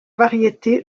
variété